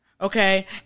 okay